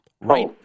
right